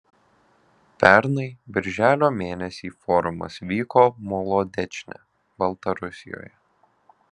pernai birželio mėnesį forumas vyko molodečne baltarusijoje